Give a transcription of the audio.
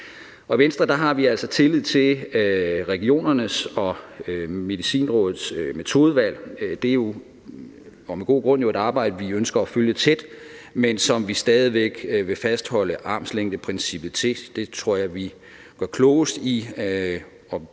i Venstre har vi altså tillid til regionernes og Medicinrådets metodevalg. Det er jo – og med god grund – et arbejde, vi ønsker at følge tæt, men som vi stadig væk vil fastholde armslængdeprincippet til. Det tror jeg vi gør klogest i,